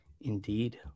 Indeed